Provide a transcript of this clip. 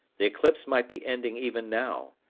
the eclipse might be ending even now.